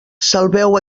salveu